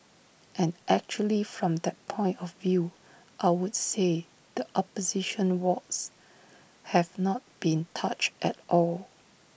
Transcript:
and actually from that point of view I would say the opposition wards have not been touched at all